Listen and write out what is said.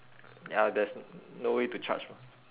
ya there's no way to charge mah